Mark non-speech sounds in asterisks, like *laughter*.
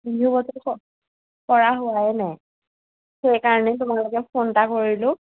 *unintelligible* কৰা হোৱাই নাই সেইকাৰণে তোমালৈকে ফোন এটা কৰিলোঁ